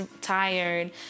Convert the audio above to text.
tired